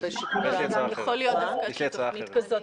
--- אנחנו נתחיל להסתבך עכשיו בשיקול דעת.